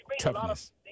toughness